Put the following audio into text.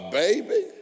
baby